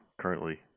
currently